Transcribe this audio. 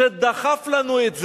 שדחף לנו את זה,